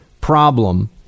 problem